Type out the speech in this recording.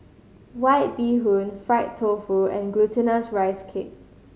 White Bee Hoon fried tofu and Glutinous Rice Cake